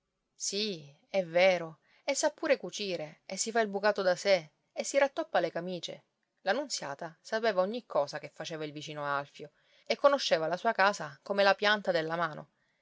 sì è vero e sa pure cucire e si fa il bucato da sé e si rattoppa le camicie la nunziata sapeva ogni cosa che faceva il vicino alfio e conosceva la sua casa come la pianta della mano